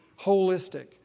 holistic